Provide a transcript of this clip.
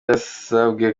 yasabwe